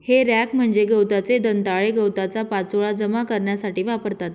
हे रॅक म्हणजे गवताचे दंताळे गवताचा पाचोळा जमा करण्यासाठी वापरतात